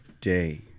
day